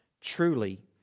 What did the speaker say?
truly